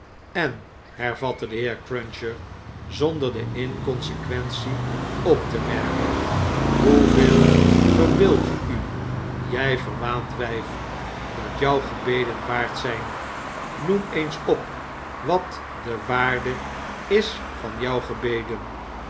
en hervatte de heer cruncher zonder de inconsequentie op te merken hoeveel verbeeldt je u jjj verwaand wjjf dat jou gebeden waard zjjn noem eens op wat de waarde is van j o u gebeden